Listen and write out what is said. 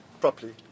Properly